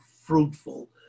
fruitful